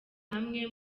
hamwe